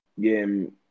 game